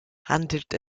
handelt